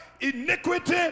iniquity